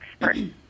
expert